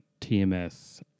TMS